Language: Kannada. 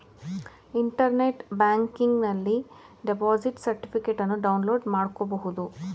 ಇಂಟರ್ನೆಟ್ ಬ್ಯಾಂಕಿಂಗನಲ್ಲಿ ಡೆಪೋಸಿಟ್ ಸರ್ಟಿಫಿಕೇಟನ್ನು ಡೌನ್ಲೋಡ್ ಮಾಡ್ಕೋಬಹುದು